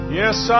yes